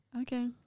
Okay